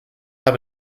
have